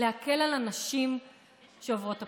להקל על הנשים שעוברות הפלות.